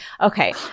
okay